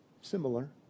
similar